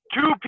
two